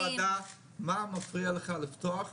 תגיד לוועדה מה מפריע לך לפתוח,